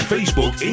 Facebook